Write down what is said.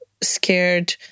scared